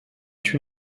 tué